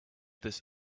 this